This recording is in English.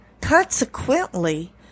Consequently